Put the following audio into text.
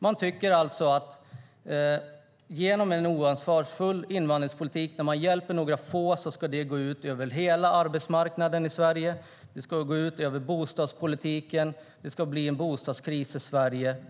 Man tycker alltså att en oansvarig invandringspolitik, där man hjälper några få, ska gå ut över hela arbetsmarknaden i Sverige. Det ska gå ut över bostadspolitiken. Det ska få bli bostadskris i Sverige.